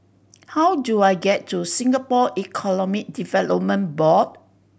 how do I get to Singapore Economic Development Board